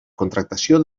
contractació